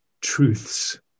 truths